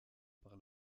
par